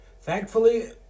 thankfully